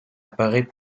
apparaît